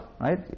right